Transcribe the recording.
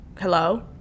Hello